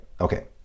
Okay